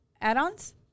add-ons